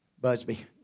Busby